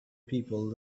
people